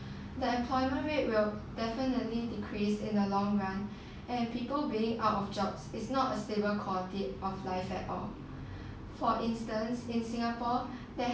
the employment rate will definitely increase in the long run and people being out of jobs is not a stable quality of life at all for instance in singapore there